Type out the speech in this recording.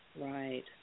Right